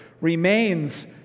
remains